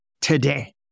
today